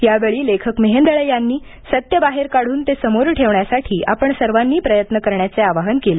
यावेळी लेखक मेहेंदळे यांनी सत्य बाहेर काढून ते समोर ठेवण्यासाठी आपण सर्वांनी प्रयत्न करण्याचे आवाहन केले